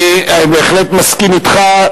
אני בהחלט מסכים אתך.